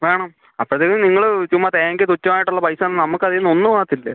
വേണം അപ്പോഴത്തേക്ക് നിങ്ങൾ ചുമ്മാ തേങ്ങയ്ക്ക് തുച്ഛമായിട്ടുള്ള പൈസ തന്നാൽ നമുക്ക് അതിൽനിന്ന് ഒന്നും ആവത്തില്ല